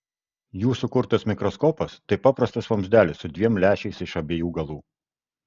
jų sukurtas mikroskopas tai paprastas vamzdelis su dviem lęšiais iš abiejų galų